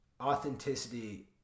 Authenticity